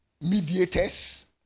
mediators